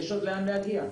יש עוד לאן להגיע,